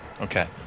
Okay